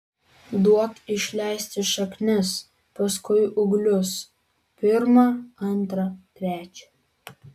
duok išleisti šaknis paskui ūglius pirmą antrą trečią